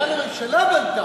כאן הממשלה בנתה.